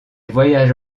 voyages